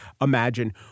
imagine